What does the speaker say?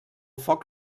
foc